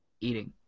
Eating